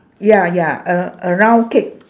ya ya a a round cake